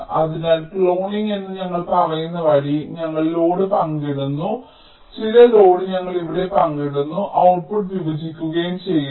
അതിനാൽ ക്ലോണിംഗ് എന്ന് ഞങ്ങൾ പറയുന്നത് വഴി ഞങ്ങൾ ലോഡ് പങ്കിടുന്നു ചില ലോഡ് ഞങ്ങൾ ഇവിടെ പങ്കിടുന്നു ഔട്ട്പുട്ട് വിഭജിക്കുകയും ചെയുന്നു